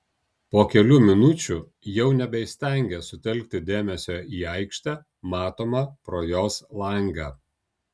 po kelių minučių jau nebeįstengė sutelkti dėmesio į aikštę matomą pro jos langą